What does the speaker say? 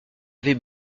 avait